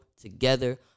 together